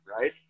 right